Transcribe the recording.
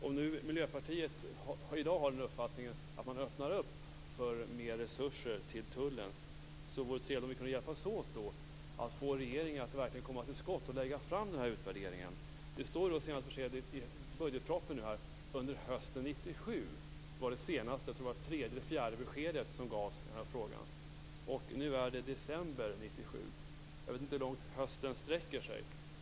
Om Miljöpartiet i dag har uppfattningen att man öppnar för mer resurser till Tullen, vore det trevligt om vi kunde hjälpas åt att få regeringen att verkligen komma till skott och lägga fram denna utvärdering. Det senaste beskedet i budgetpropositionen står det att denna utredning skall komma hösten 1997. Jag tror att det var det tredje eller fjärde beskedet som har getts i denna fråga. Nu är det december 1997. Jag vet inte hur långt man anser att hösten sträcker sig.